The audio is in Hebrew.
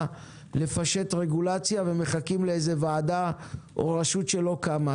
לפשט רגולציה ומחכים לאיזו ועדה או רשות שלא קמה.